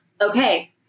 okay